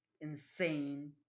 insane